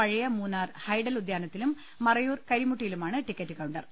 പഴയ മൂന്നാർ ഹൈഡൽ ഉദ്യാനത്തിലും മറയൂർ കരിമുട്ടിയിലുമാണ് ടിക്കറ്റ് കൌണ്ടർ